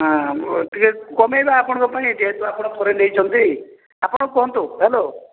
ହଁ ଟିକେ କମାଇବା ଆପଣଙ୍କ ପାଇଁ ଯେହେତୁ ଆପଣ ଥରେ ନେଇଛନ୍ତି ଆପଣ କୁହନ୍ତୁ ହ୍ୟାଲୋ